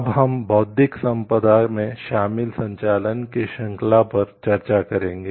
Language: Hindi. अब हम बौद्धिक संपदा में शामिल संचालन की श्रृंखला पर चर्चा करेंगे